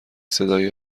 صدای